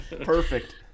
Perfect